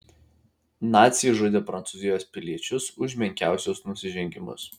naciai žudė prancūzijos piliečius už menkiausius nusižengimus